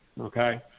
Okay